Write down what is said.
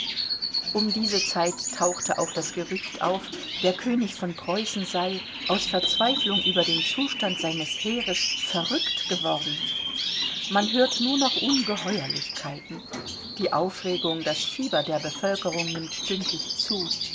um diese zeit tauchte auch das gerücht auf der könig von preußen sei aus verzweiflung über den zustand seines heeres verrückt geworden man hört nur noch ungeheuerlichkeiten die aufregung das fieber der bevölkerung nimmt stündlich zu